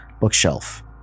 bookshelf